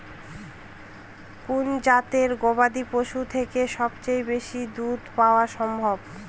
কোন জাতের গবাদী পশু থেকে সবচেয়ে বেশি দুধ পাওয়া সম্ভব?